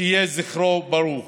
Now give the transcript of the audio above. שיהיה זכרו ברוך.